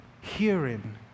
hearing